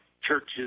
churches